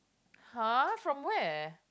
!huh! from where